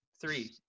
Three